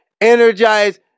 Energize